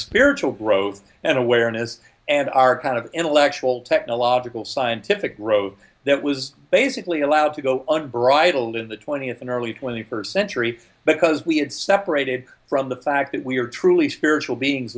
spiritual growth and awareness and our kind of intellectual technological scientific growth that was basically allowed to go unbridled in the twentieth and early twenty first century because we had separated from the fact that we are truly spiritual beings